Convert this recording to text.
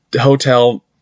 hotel